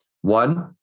One